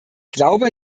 glaube